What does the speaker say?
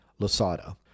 Lasada